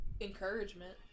encouragement